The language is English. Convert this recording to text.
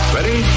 Ready